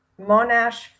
Monash